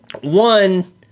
one